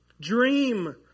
Dream